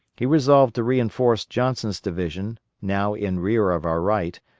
he resolved to reinforce johnson's division, now in rear of our right,